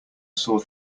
sore